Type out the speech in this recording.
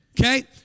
Okay